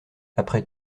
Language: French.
après